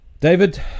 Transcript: David